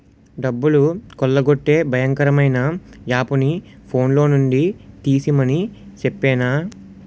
డబ్బులు కొల్లగొట్టే భయంకరమైన యాపుని ఫోన్లో నుండి తీసిమని చెప్పేనా